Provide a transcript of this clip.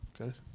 okay